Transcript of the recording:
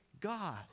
God